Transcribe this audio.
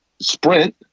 Sprint